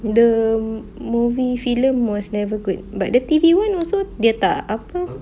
the movie film was never good but the T_V one also dia tak apa